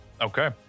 Okay